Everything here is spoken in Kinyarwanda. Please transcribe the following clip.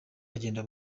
agenda